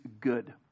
good